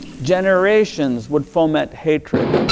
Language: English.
generations would form that hatred.